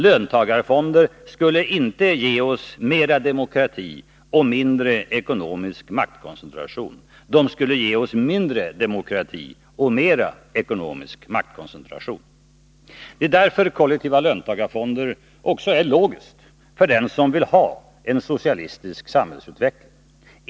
Löntagarfonder skulle inte ge oss mer demokrati och mindre ekonomisk maktkoncentration. De skulle ge oss mindre demokrati och mer ekonomisk maktkoncentration. Det är därför kollektiva löntagarfonder är logiskt för dem som vill ha en socialistisk samhällsutveckling.